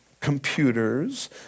computers